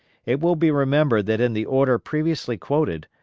it will be remembered that in the order previously quoted,